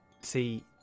See